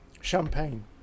Champagne